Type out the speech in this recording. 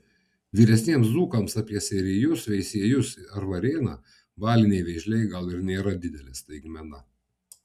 vyresniems dzūkams apie seirijus veisiejus ar varėną baliniai vėžliai gal ir nėra didelė staigmena